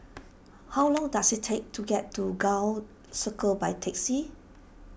how long does it take to get to Gul Circle by taxi